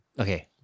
Okay